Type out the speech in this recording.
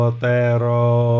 tero